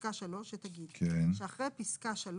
פסקה (3) שתגיד: תיקון חוק שירות לאומי-אזרחי 2. (3) אחרי פסקה (3),